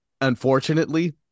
unfortunately